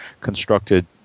constructed